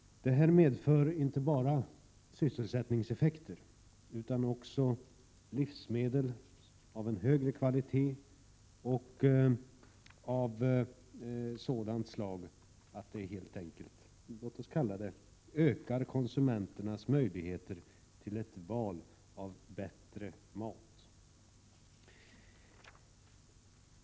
Det inte bara får sysselsättningseffekter, utan det innebär också livsmedel av en högre kvalitet och av sådant slag att det helt enkelt ökar konsumenternas möjligheter till ett val av bättre mat.